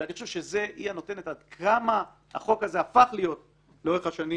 ואני חושב שהיא הנותנת עד כמה החוק הזה הפך להיות לאורך השנים